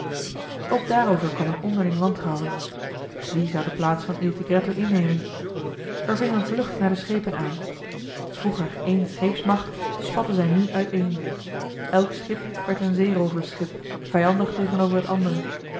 ook daarover kwam een onderling wantrouwen wie zou de plaats van il tigretto innemen er ving een vlucht naar de schepen aan vroeger één scheepsmacht spatte zij nu uiteen elk schip werd een zeerooversschip vijandig tegenover het andere